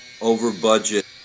over-budget